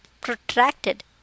protracted